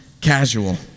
casual